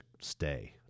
stay